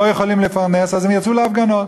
לא יכולים לפרנס, אז הם יצאו להפגנות.